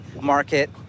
market